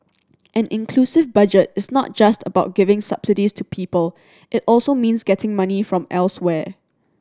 an inclusive Budget is not just about giving subsidies to people it also means getting money from elsewhere